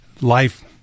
life